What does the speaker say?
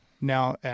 Now